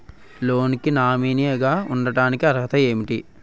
Loan కి nominee గా ఉండటానికి అర్హత ఏమిటి?